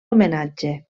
homenatge